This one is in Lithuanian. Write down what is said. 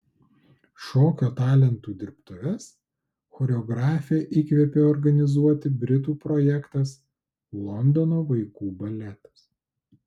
šokio talentų dirbtuves choreografę įkvėpė organizuoti britų projektas londono vaikų baletas